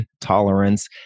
tolerance